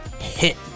hit